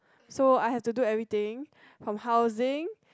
so I have to do everything from housing